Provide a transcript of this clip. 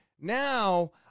now